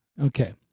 Okay